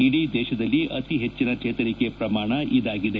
ಇಡೀ ದೇಶದಲ್ಲಿ ಅತಿ ಹೆಚ್ಚನ ಚೇತರಿಕೆ ಪ್ರಮಾಣ ಇದಾಗಿದೆ